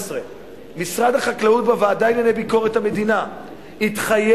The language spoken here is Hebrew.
משרד החקלאות התחייב בוועדה לענייני ביקורת המדינה לתת